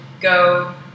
go